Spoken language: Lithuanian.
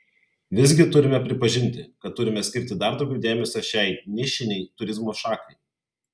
visgi turime pripažinti kad turime skirti dar daugiau dėmesio šiai nišinei turizmo šakai